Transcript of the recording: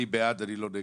אני בעד, אני לא נגד.